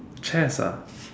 chess ah